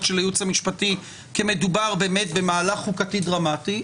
של הייעוץ המשפטי כי מדובר באמת במהלך חוקתי דרמטי,